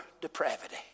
depravity